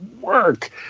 work